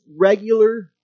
regular